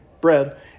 bread